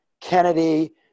Kennedy